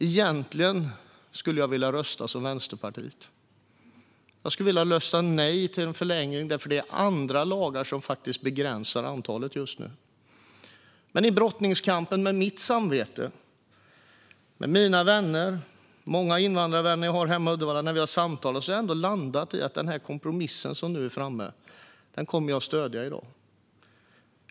Egentligen skulle jag vilja rösta som Vänsterpartiet. Jag skulle vilja rösta nej till en förlängning, eftersom det är andra lagar som just nu begränsar antalet. Men i brottningskampen med mitt samvete och i samtal med mina vänner, många invandrarvänner, hemma i Uddevalla har jag ändå landat i att jag i dag kommer att stödja den kompromiss som har tagits fram.